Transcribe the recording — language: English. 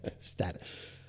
status